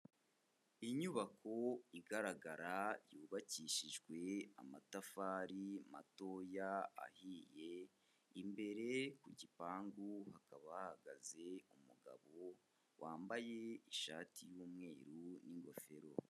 Inyubako igaragara yubakishijwe amatafari matoya ahiye, imbere ku gipangu hakaba hahagaze umugabo wambaye ishati y'umweru n'ingofero.